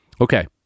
Okay